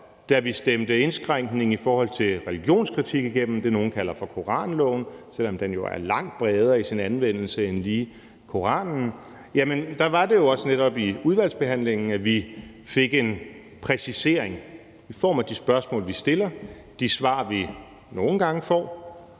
da vi stemte indskrænkningen i forhold til religionskritik igennem – det, nogle kalder for koranloven, selv om den jo er langt bredere i sin anvendelse end lige over for Koranen – var det jo også netop i udvalgsbehandlingen, at vi fik en præcisering i form af de spørgsmål, vi stillede, og de svar, vi nogle gange fik.